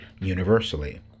universally